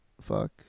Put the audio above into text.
fuck